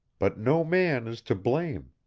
but no man is to blame.